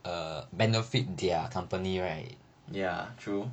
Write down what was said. ya true